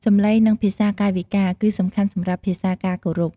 សំឡេង និងភាសាកាយវិការ គឹសំខាន់សំរាប់ភាសាការគោរព។